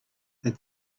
that